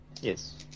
Yes